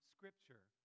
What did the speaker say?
Scripture